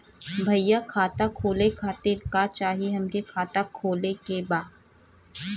भईया खाता खोले खातिर का चाही हमके खाता खोले के बा?